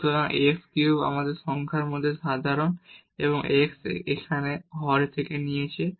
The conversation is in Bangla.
সুতরাং x কিউব আমরা সংখ্যার মধ্যে সাধারণ এবং x এখানে হর থেকে নিয়েছি